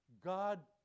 God